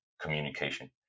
communication